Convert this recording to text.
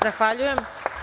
Zahvaljujem.